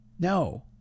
No